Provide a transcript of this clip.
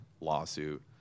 lawsuit